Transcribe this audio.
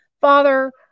Father